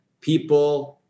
people